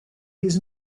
his